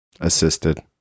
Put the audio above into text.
Assisted